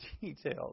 details